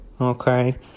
Okay